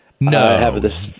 No